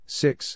six